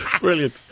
Brilliant